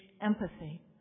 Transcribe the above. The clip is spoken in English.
empathy